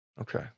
Okay